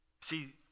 See